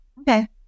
Okay